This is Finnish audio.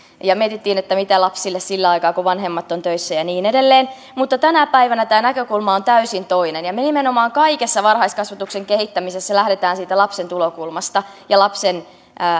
ja mietittiin että mitä lapsille sillä aikaa kun vanhemmat ovat töissä ja niin edelleen mutta tänä päivänä tämä näkökulma on täysin toinen ja me nimenomaan kaikessa varhaiskasvatuksen kehittämisessä lähdemme siitä lapsen tulokulmasta ja lapsen